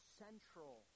central